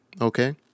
okay